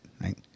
right